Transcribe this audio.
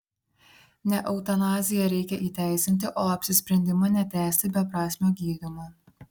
ne eutanaziją reikia įteisinti o apsisprendimą netęsti beprasmio gydymo